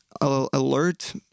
alert